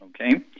okay